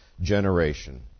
generation